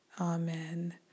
Amen